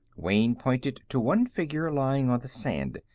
wayne pointed to one figure lying on the sand.